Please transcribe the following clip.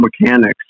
mechanics